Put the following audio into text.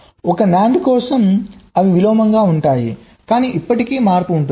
ఒక NAND కోసం అవి విలోమంగా ఉంటాయి కానీ ఇప్పటికీ మార్పు ఉంటుంది